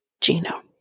Gino